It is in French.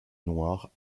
noir